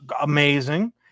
amazing